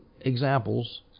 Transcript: examples